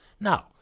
Now